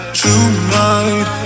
tonight